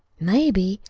maybe.